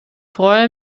freue